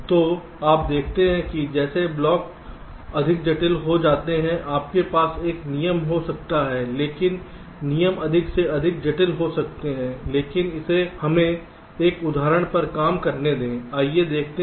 तो आप देख सकते हैं कि जैसे ब्लॉक अधिक जटिल हो जाते हैं आपके पास एक नियम हो सकता है लेकिन नियम अधिक से अधिक जटिल हो सकते हैं लेकिन हमें एक उदाहरण पर काम करने दें आइए देखते हैं